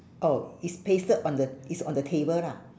oh is pasted on the is on the table lah